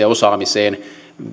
ja osaamiseen